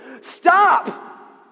stop